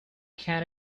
can